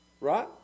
Right